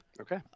Okay